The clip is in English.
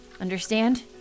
Understand